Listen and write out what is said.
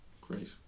great